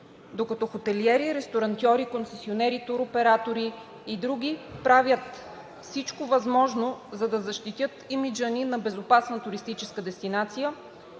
Докато хотелиери, ресторантьори, концесионери, туроператори и други правят всичко възможно, за да защитят имиджа ни на безопасна туристическа дестинация,